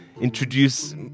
introduce